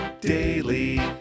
Daily